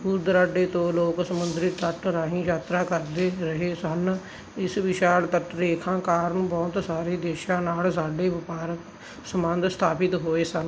ਦੂਰ ਦੁਰਾਡੇ ਤੋਂ ਲੋਕ ਸਮੁੰਦਰੀ ਤੱਟ ਰਾਹੀਂ ਯਾਤਰਾ ਕਰਦੇ ਰਹੇ ਸਨ ਇਸ ਵਿਸ਼ਾਲ ਤੱਟਰੇਖਾ ਕਾਰਨ ਬਹੁਤ ਸਾਰੇ ਦੇਸ਼ਾਂ ਨਾਲ ਸਾਡੇ ਵਪਾਰਕ ਸਬੰਧ ਸਥਾਪਿਤ ਹੋਏ ਸਨ